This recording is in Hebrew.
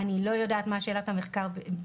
אני לא יודעת מה שאלת המחקר.